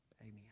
Amen